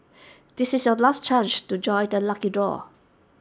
this is your last chance to join the lucky draw